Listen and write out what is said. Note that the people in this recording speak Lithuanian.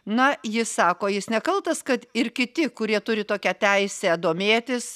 na jis sako jis nekaltas kad ir kiti kurie turi tokią teisę domėtis